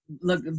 Look